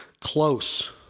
close